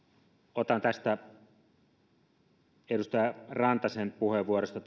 otan edustaja rantasen puheenvuorosta